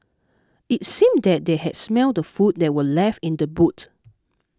it seemed that they had smelt the food that were left in the boot